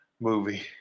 movie